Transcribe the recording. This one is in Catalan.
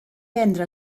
vendre